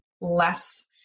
less